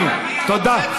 תודה.